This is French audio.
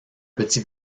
petit